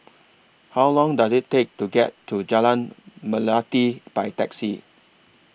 How Long Does IT Take to get to Jalan Melati By Taxi